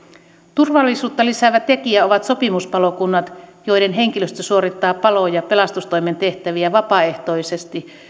turvallisuutta lisäävä tekijä ovat sopimuspalokunnat joiden henkilöstö suorittaa palo ja pelastustoimen tehtäviä vapaaehtoisesti